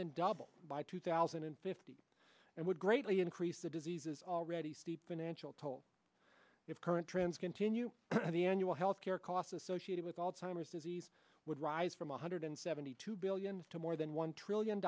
than double by two thousand and fifty and would greatly increase the diseases already steeped in anshul told if current trends continue the annual health care costs associated with alzheimer's disease would rise from one hundred seventy two billions to more than one trillion